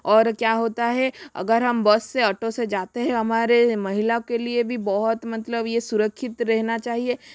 और क्या होता है अगर हम बस से ऑटो से जाते हैं हमारे महिला के लिए भी बहुत मतलब यह सुरखित रहना चाहिए